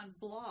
blog